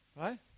Right